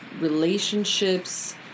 relationships